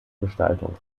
gestaltung